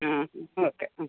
ആ ഓക്കെ ആ